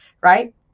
right